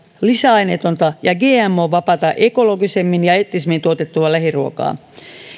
lisäaineetonta ja gmo vapaata ekologisemmin ja eettisemmin tuotettua lähiruokaa